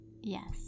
Yes